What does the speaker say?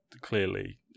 clearly